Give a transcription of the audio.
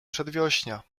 przedwiośnia